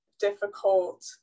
difficult